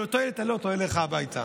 ואת אותו ילד תעלה אליך הביתה.